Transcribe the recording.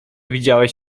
widziałeś